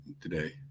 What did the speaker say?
today